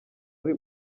ari